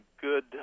good